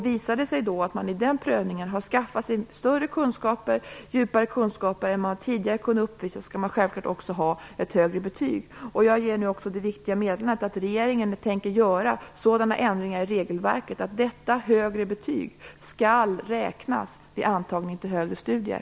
Visar det sig då i den prövningen att man har skaffat sig större och djupare kunskaper än man tidigare kunnat uppvisa skall man självklart också ha ett högre betyg. Jag ger nu också det viktiga meddelandet att regeringen tänker göra sådana ändringar i regelverket att detta högre betyg skall räknas vid antagning till högre studier.